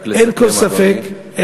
רק לסכם, אדוני.